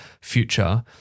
future